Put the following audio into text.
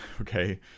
okay